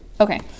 okay